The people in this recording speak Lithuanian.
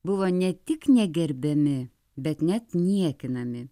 buvo ne tik negerbiami bet net niekinami